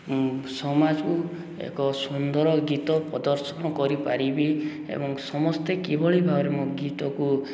ମୁଁ ସମାଜକୁ ଏକ ସୁନ୍ଦର ଗୀତ ପ୍ରଦର୍ଶନ କରିପାରିବି ଏବଂ ସମସ୍ତେ କିଭଳି ଭାବରେ ମୋ ଗୀତକୁ